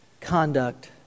conduct